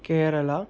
Kerala